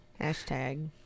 Hashtag